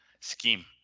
Scheme